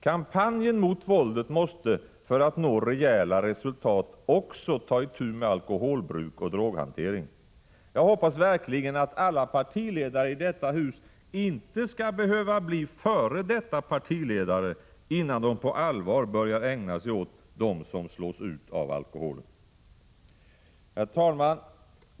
Kampanjen mot våldet måste för att nå rejäla resultat också ta itu med alkoholbruk och droghantering. Jag hoppas verkligen att alla partiledare i detta hus inte skall behöva bli f. d. partiledare, innan de på allvar börjar ägna sig åt dem som slås ut av alkoholen. Herr talman!